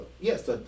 yes